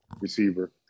Receiver